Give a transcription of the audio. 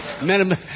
minimum